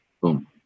Boom